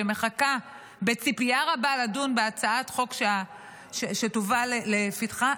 מחכה בציפייה רבה לדון בהצעת חוק שתובא לפתחה,